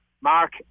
mark